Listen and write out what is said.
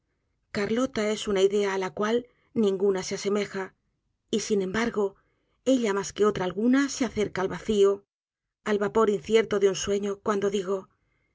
carlota es una idea á la cual ninguna se asemeja y sin embargo ella mas que otra alguna se acerca al vacío al vapor incierto de un sueño cuando digo